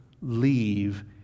leave